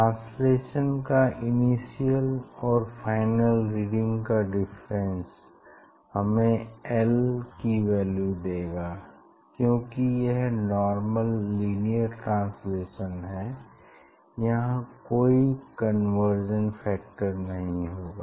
translation का initial और final reading का डिफरेंस हमें एल की वैल्यू देगा क्योंकि यह नार्मल लीनियर ट्रांसलेशन है यहाँ कोई कन्वर्ज़न फैक्टर नहीं होगा